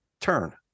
turn